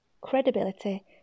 credibility